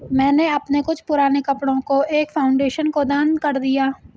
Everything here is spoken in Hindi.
मैंने अपने कुछ पुराने कपड़ो को एक फाउंडेशन को दान कर दिया